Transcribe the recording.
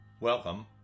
Welcome